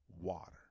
water